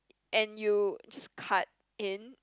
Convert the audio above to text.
and you just cut in